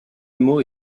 mot